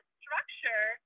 structure